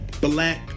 black